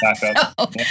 Backup